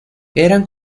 eran